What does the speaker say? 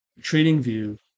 TradingView